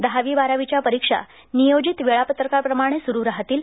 दहावी बारावीच्या परिक्षा नियोजित वेळापत्रकाप्रमाणेसुरु राहतील